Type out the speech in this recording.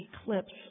eclipse